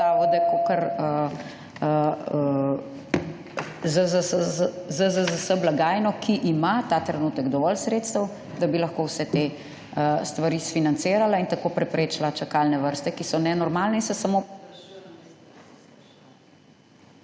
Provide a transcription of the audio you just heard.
ZZZS blagajno, ki ima ta trenutek dovolj sredstev, da bi lahko vse te stvari sfinancirala in tako preprečila čakalne vrste, ki so nenormalne in se samo…